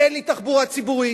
אין לי תחבורה ציבורית.